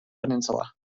peninsula